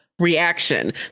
reaction